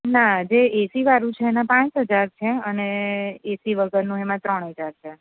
ના જે એસી વાળું છે એના પાંચ હજાર છે અને એસી વગરનું એમાં ત્રણ હજાર છે